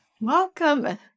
Welcome